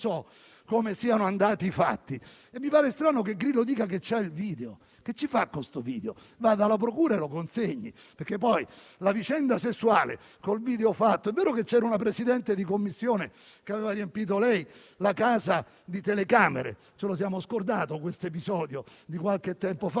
Non so come siano andati i fatti e mi pare strano che Grillo dica di avere il video: che ci fa con questo video? Vada alla procura e lo consegni. Quanto alla vicenda sessuale col video fatto, è vero che c'era una Presidente di Commissione che aveva riempito la casa di telecamere. Ci siamo scordati questo episodio di qualche tempo fa: